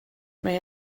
mae